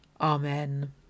Amen